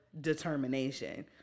determination